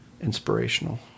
inspirational